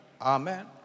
Amen